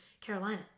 Carolina